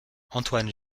antoine